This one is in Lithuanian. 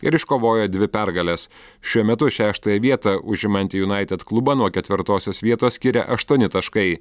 ir iškovojo dvi pergales šiuo metu šeštąją vietą užimantį junaited klubą nuo ketvirtosios vietos skiria aštuoni taškai